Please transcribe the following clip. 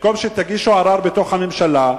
במקום שתגישו ערר בתוך הממשלה,